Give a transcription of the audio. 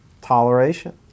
toleration